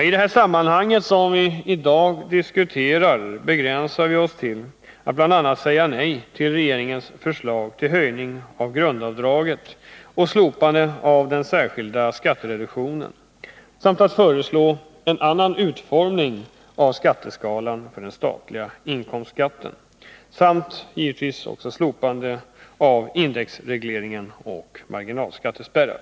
I det sammanhang som vi i dag diskuterar begränsar vi oss till att bl.a. säga nej till regeringens förslag till höjning av grundavdraget och slopande av den särskilda skattereduktionen och föreslår en annan utformning av skatteskalan för den statliga inkomstskatten samt givetvis också slopande av indexregleringen och marginalskattespärrar.